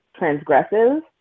transgressive